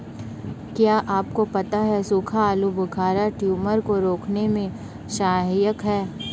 क्या आपको पता है सूखा आलूबुखारा ट्यूमर को रोकने में सहायक है?